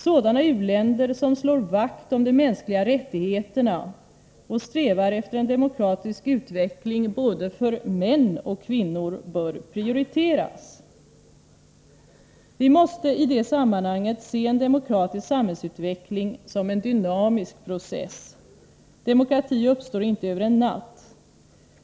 Sådana u-länder som slår vakt om de mänskliga rättigheterna och strävar efter en demokratisk utveckling för både män och kvinnor bör prioriteras. Vi måste i det sammanhanget se en demokratisk samhällsutveckling som en dynamisk process. Demokrati uppstår inte över en natt.